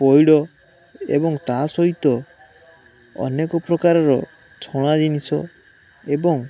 ପଇଡ଼ ଏବଂ ତାହା ସହିତ ଅନେକ ପ୍ରକାରର ଛଣା ଜିନିଷ ଏବଂ